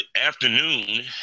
afternoon